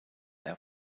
air